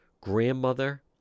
grandmother